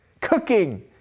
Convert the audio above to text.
cooking